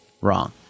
wrong